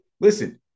Listen